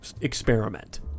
experiment